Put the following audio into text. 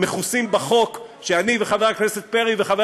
מכוסים בחוק שאני וחבר הכנסת פרי וחבר